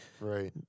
Right